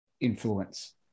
influence